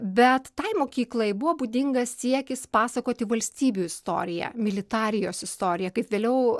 bet tai mokyklai buvo būdingas siekis pasakoti valstybių istoriją militarijos istoriją kaip vėliau